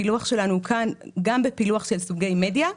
הפילוח שלנו כאן הוא גם בפילוח של סוגי מדיה,